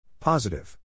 Positive